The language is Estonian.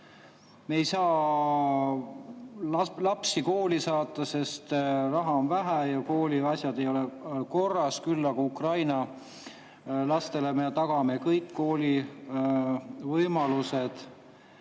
Me ei saa lapsi kooli saata, sest raha on vähe ja kooliasjad ei ole korras, küll aga Ukraina lastele me tagame kõik kooli võimalused.